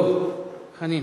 דב חנין,